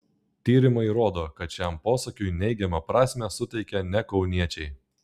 tyrimai rodo kad šiam posakiui neigiamą prasmę suteikia ne kauniečiai